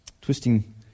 Twisting